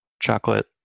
chocolate